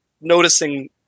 noticing